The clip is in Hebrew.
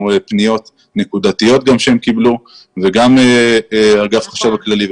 פניות נקודתיות שהם קיבלו וגם אגף החשב הכללי,